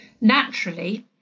naturally